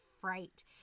fright